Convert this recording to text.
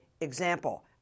Example